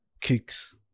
kicks